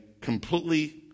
completely